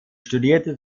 studierte